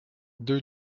deux